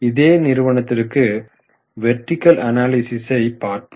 இதே நிறுவனத்திற்கு வெர்டிகள் அனாலிசிஸை பார்ப்போம்